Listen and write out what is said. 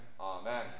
Amen